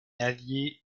allié